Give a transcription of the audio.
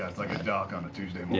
like a dock on a tuesday yeah